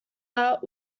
out